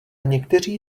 někteří